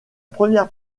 première